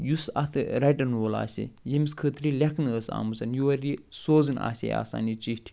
یُس اَتھ رَٹن وول آسہِ ہے ییٚمِس خٲطرٕ یہِ لٮ۪کھنہٕ ٲس آمٕژ یور یہِ سوزُن آسہِ ہے آسان یہِ چِٹھۍ